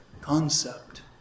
concept